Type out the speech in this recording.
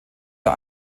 der